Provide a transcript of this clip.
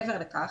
מעבר לכך,